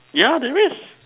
yeah there is